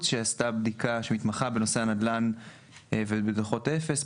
שעשתה בדיקה שמתמחה בנושא הנדלן ובדוחות אפס.